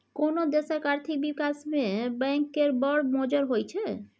कोनो देशक आर्थिक बिकास मे बैंक केर बड़ मोजर होइ छै